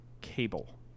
cable